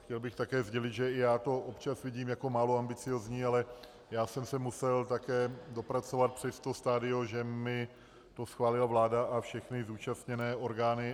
Chtěl bych také sdělit, že i já to občas vidím jako málo ambiciózní, ale já jsem se musel také dopracovat přes to stadium, že mi to schválila vláda a všechny zúčastněné orgány.